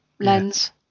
lens